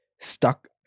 stuck